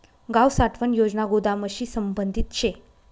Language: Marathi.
गाव साठवण योजना गोदामशी संबंधित शे